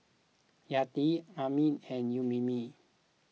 Yati Amrin and Ummi